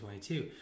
2022